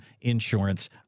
insurance